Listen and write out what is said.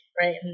right